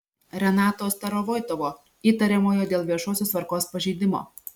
renato starovoitovo įtariamojo dėl viešosios tvarkos pažeidimo